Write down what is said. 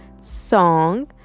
song